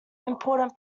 important